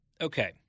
Okay